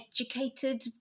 educated